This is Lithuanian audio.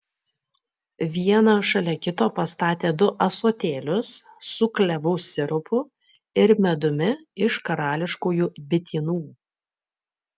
vieną šalia kito pastatė du ąsotėlius su klevų sirupu ir medumi iš karališkųjų bitynų